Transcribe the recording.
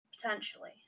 Potentially